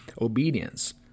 obedience